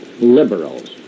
liberals